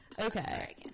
Okay